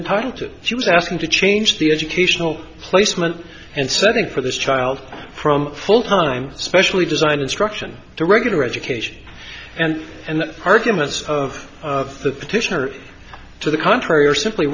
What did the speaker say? entitled to she was asking to change the educational placement and setting for this child from full time specially designed instruction to regular education and and arguments of of the petitioner to the contrary or simply